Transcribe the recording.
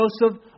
Joseph